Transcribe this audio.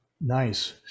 nice